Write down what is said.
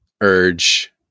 urge